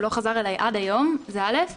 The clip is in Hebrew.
הוא לא חזר אליי עד היום, זה דבר ראשון.